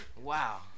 Wow